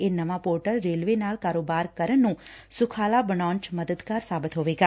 ਇਹ ਨਵਾ portal railway ਨਾਲ ਕਾਰੋਬਾਰ ਕਰਨ ਨੂੰ ਸੁਖਾਲਾ ਬਣਾਉਣ ਚ ਮਦਦਗਾਰ ਸਾਬਤ ਹੋਏਗਾ